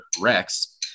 rex